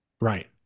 right